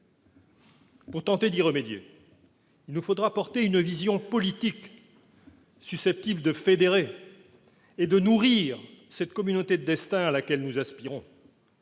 Pour tenter d'y remédier, il nous faudra porter une vision politique susceptible de fédérer et de nourrir cette communauté de destin à laquelle nous aspirons